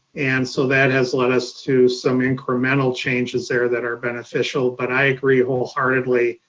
and so that has led us to some incremental changes there that are beneficial. but i agree wholeheartedly,